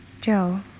Joe